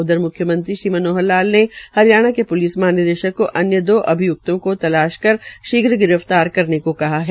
उधर मुख्यमंत्री श्रीमनोहर लाल ने हरियाणा के प्लिस महानिदेशक को दो अभियुक्तों की तलाश कर शीघ्र गिरफ्तारी करने को कहा है